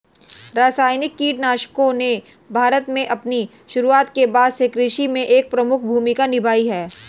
रासायनिक कीटनाशकों ने भारत में अपनी शुरुआत के बाद से कृषि में एक प्रमुख भूमिका निभाई है